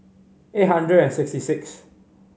eight hundred and sixty six